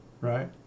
right